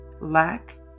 lack